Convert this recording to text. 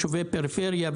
יישובי פריפריה,